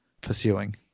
pursuing